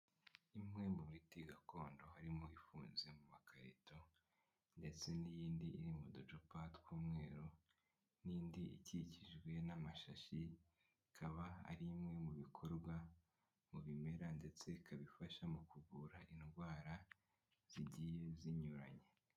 Imwe mu miti gakondo harimo ifunze mu makarito ndetse n'iyindi iri mu ducupa tw'umweru n'indi ikikijwe n'amashashi ikaba ari imwe mu bikorwa mu bimera ndetse ikaba ifasha mu kuvura indwara zigiye zinyuranye.